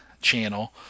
Channel